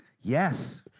Yes